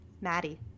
Maddie